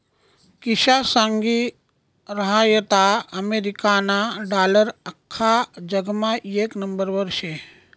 किशा सांगी रहायंता अमेरिकाना डालर आख्खा जगमा येक नंबरवर शे